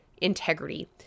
integrity